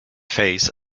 face